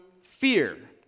fear